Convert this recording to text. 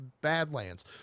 badlands